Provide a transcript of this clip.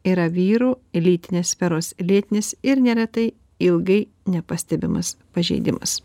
yra vyrų lytinės sferos lėtinis ir neretai ilgai nepastebimas pažeidimas